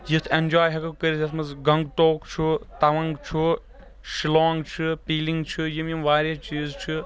یِتھ ایٚنٛجوے ہٮ۪کو کٔرِتھ یَتھ منٛز گنگٹوک چھُ تَونٛگ چھُ شِلونٛگ چھِ پیٖلنٛگ چھِ یِم یِم واریاہ چیٖز چھِ